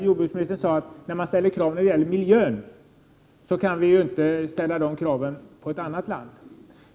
Jordbruksministern sade att vi inte kan ställa miljökrav på andra länder.